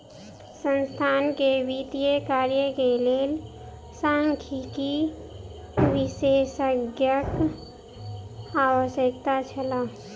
संस्थान के वित्तीय कार्य के लेल सांख्यिकी विशेषज्ञक आवश्यकता छल